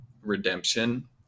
redemption